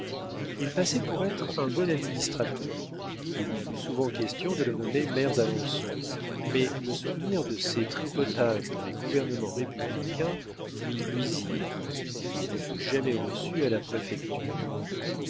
il passait pour être un bon administrateur il fut souvent question de le nommer maire d'alençon mais le souvenir de ses tripotages dans les gouvernements républicains lui nuisirent il ne fut jamais reçu à la préfecture